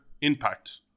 impact